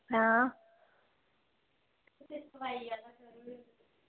आं